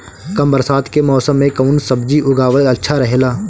कम बरसात के मौसम में कउन सब्जी उगावल अच्छा रहेला?